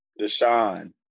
Deshaun